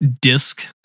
Disc